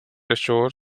ashore